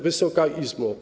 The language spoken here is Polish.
Wysoka Izbo!